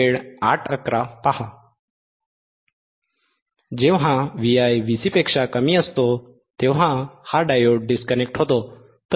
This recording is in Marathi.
जेव्हा Vi Vcपेक्षा कमी असतो Vi Vc तेव्हा हा डायोड डिस्कनेक्ट होतो